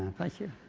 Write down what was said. thank you.